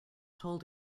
told